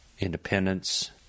independence